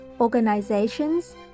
organizations